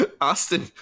Austin